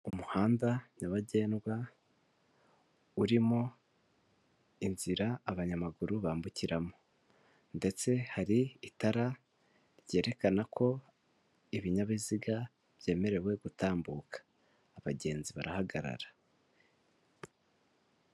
Umuhanda nyabagendwa urimo inzira abanyamaguru bambukiramo ndetse hari itara ryerekana ko ibinyabiziga byemerewe gutambuka, abagenzi barahagarara.